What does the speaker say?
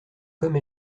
comme